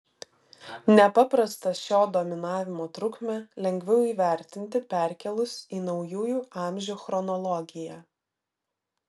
nepaprastą šio dominavimo trukmę lengviau įvertinti perkėlus į naujųjų amžių chronologiją